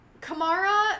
Kamara